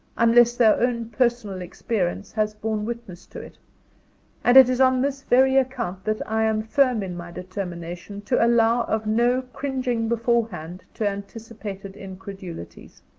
unless their own personal experience has borne witness to it and it is on this very account that i am firm in my determination to allow of no cringing beforehand to anticipated incredulities.